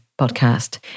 podcast